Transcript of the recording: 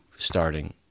starting